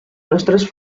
nostres